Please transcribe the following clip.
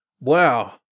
wow